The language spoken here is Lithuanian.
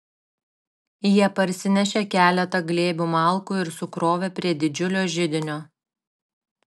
jie parsinešė keletą glėbių malkų ir sukrovė prie didžiulio židinio